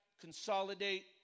consolidate